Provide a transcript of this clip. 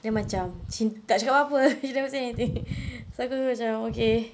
dia macam cin~ tak cakap apa-apa never say anything so aku macam okay